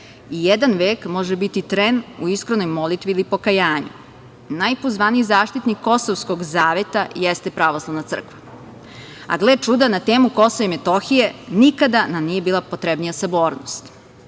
i jedan vek može biti tren u iskrenoj molitvi ili pokajanju. Najpozvaniji zaštitnik Kosovskog zaveta jeste Pravoslavna crkva, a gle čuda na temu Kosova i Metohije nikada nam nije bila potrebnija sabornost.